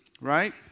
right